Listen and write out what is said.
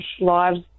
lives